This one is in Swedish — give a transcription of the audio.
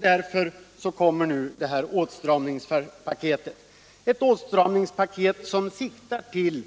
Därför kommer detta åtstramningspaket, som syftar till